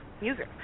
music